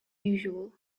usual